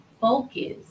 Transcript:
focus